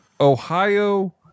Ohio